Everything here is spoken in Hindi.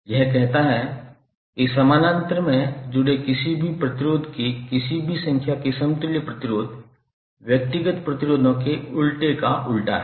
यह कहता है कि समानांतर में जुड़े किसी भी प्रतिरोध के किसी भी संख्या के समतुल्य प्रतिरोध व्यक्तिगत प्रतिरोधों के उलटे का उल्टा है